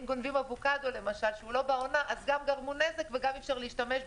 אם גונבים אבוקדו שהוא לא בעונה אז גם גרמו נזק וגם אי אפשר להשתמש בו,